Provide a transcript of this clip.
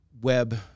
web